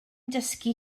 dysgu